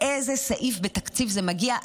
מאיזה סעיף בתקציב זה מגיע?